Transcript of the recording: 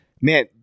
man